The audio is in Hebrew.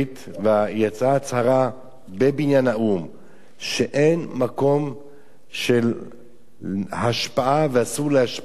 ויצאה הצהרה בבניין האו"ם שאין מקום של השפעה ואסור להשפיע על דת,